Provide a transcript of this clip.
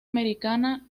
americana